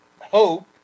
hope